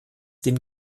den